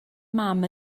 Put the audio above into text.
mam